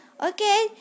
Okay